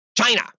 China